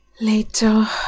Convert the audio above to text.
Later